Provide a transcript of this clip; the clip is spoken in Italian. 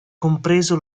compreso